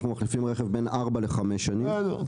אנחנו מחליפים רכב בין ארבע לחמש שנים.